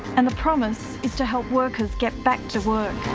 and the promise is to help workers get back to work.